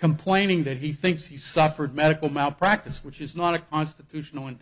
complaining that he thinks he suffered medical malpractise which is not a constitutional ind